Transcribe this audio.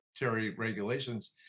regulations